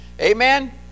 Amen